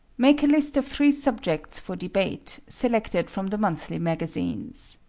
make a list of three subjects for debate, selected from the monthly magazines.